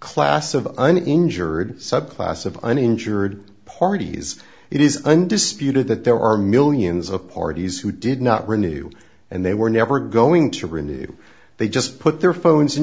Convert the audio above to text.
class of an injured subclass of uninsured parties it is undisputed that there are millions of parties who did not renew and they were never going to renew they just put their phones in